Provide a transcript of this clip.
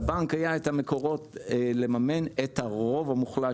לבנק היו את המקורות לממן את הרוב המוחלט